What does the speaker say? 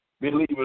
believers